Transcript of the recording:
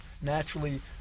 Naturally